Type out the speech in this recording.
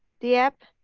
diep,